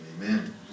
amen